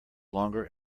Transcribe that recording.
longer